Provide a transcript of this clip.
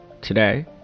Today